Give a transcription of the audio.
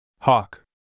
Hawk